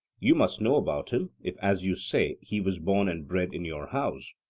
you must know about him, if, as you say, he was born and bred in your house.